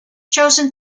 chosen